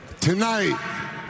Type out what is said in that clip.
Tonight